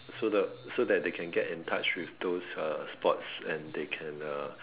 so the so that they can get in touch with those sports and they can uh